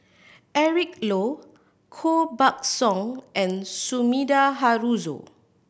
Eric Low Koh Buck Song and Sumida Haruzo